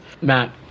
Matt